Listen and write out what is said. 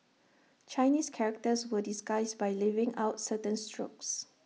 Chinese characters were disguised by leaving out certain strokes